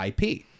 IP